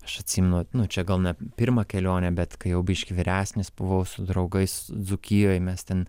aš atsimenu nu čia gal ne pirmą kelionę bet kai jau biškį vyresnis buvau su draugais dzūkijoj mes ten